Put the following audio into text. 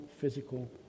physical